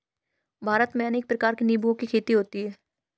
भारत में अनेक प्रकार के निंबुओं की खेती होती है